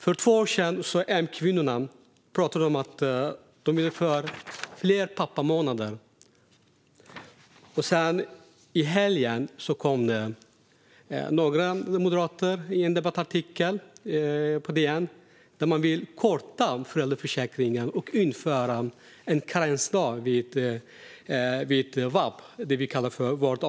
För två år sedan talade Moderatkvinnorna om att införa fler pappamånader. I helgen skrev några moderater i en debattartikel i DN att de vill korta föräldraförsäkringen och införa en karensdag vid vab, vård av barn.